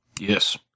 Yes